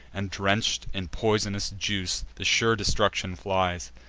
and drench'd in pois'nous juice, the sure destruction flies.